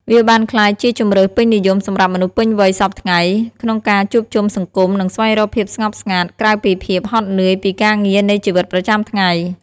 វាបានក្លាយជាជម្រើសពេញនិយមសម្រាប់មនុស្សពេញវ័យសព្វថ្ងៃ ក្នុងការជួបជុំសង្គម និងស្វែងរកភាពស្ងប់ស្ងាត់ ក្រៅពីភាពហត់នឿយពីការងារនៃជីវិតប្រចាំថ្ងៃ។